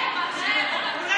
אל